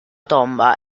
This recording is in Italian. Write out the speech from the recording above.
tomba